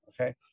Okay